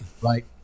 Right